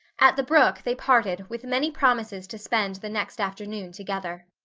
at the brook they parted with many promises to spend the next afternoon together.